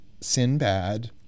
Sinbad